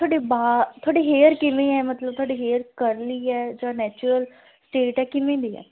ਤੁਹਾਡੇ ਬਾ ਤੁਹਾਡੇ ਹੇਅਰ ਕਿਵੇਂ ਹੈ ਮਤਲਬ ਤੁਹਾਡੇ ਹੇਅਰ ਕਰਲੀ ਹੈ ਜਾਂ ਨੈਚੂਰਲ ਸਟੇਟ ਹੈ ਕਿਵੇਂ ਦੇ ਹੈ